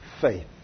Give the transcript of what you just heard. faith